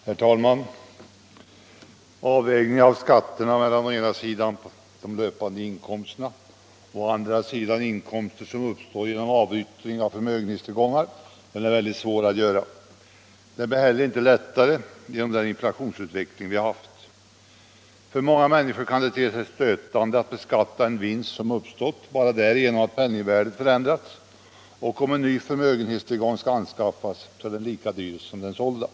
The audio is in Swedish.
Herr talman! Avvägningen av skatterna mellan å ena sidan de löpande inkomsterna och å andra sidan de inkomster som uppstår genom avyttring av förmögenhetstillgångar är mycket svår att göra. Det blir heller inte lättare genom den inflationsutveckling som vi haft. För många människor kan det te sig stötande att beskatta en vinst som uppstått bara därigenom att penningvärdet förändrats, och om en ny förmögenhetstillgång skall anskaffas så är den lika dyr som den sålda.